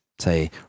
say